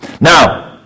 Now